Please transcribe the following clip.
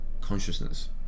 consciousness